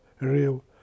real